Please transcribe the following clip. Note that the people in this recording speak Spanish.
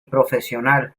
profesional